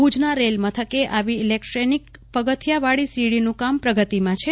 ભુજના રેલ મથકે આવી ઈલેકટ્રીક પગથિયાવાળી સીડીનું કામ પ્રગતિમાં છે